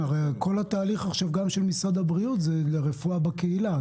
הרי כל התהליך עכשיו גם של משרד הבריאות זה רפואה בקהילה,